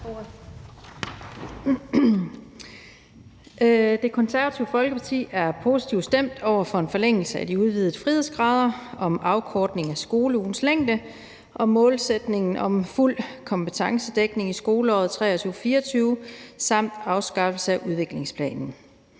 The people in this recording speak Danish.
Det Konservative Folkeparti er positivt stemt over for en forlængelse af de udvidede frihedsgrader om afkortningen af skoleugens længde og målsætningen om en fuld kompetencedækning i skoleåret 2023/24 samt en afskaffelse af udviklingsplanen